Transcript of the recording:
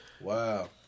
Wow